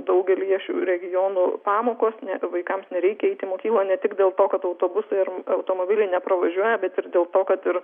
daugelyje šių regionų pamokos vaikams nereikia eiti į mokyklą ne tik dėl to kad autobusai ar automobiliai nepravažiuoja bet ir dėl to kad ir